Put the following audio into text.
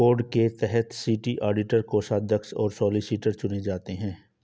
code के तहत city auditor, कोषाध्यक्ष और सॉलिसिटर चुने जाते हैं